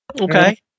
okay